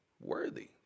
worthy